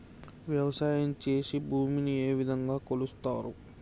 వ్యవసాయం చేసి భూమిని ఏ విధంగా కొలుస్తారు?